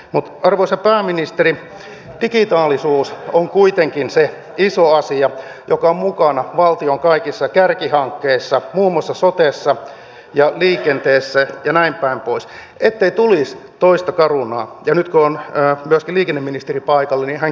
mutta arvoisa pääministeri digitaalisuus on kuitenkin se iso asia joka on mukana valtion kaikissa kärkihankkeissa muun muassa sotessa ja liikenteessä ja näinpäin pois ettei tulisi toista carunaa ja nyt kun on myöskin liikenneministeri paikalla niin hänkin voi vastata